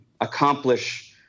accomplish